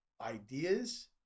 ideas